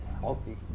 healthy